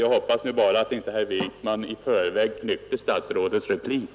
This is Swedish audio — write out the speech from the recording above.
Jag hoppas nu bara att inte herr Wijkman i förväg knyckte statsrådets replik.